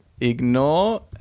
ignore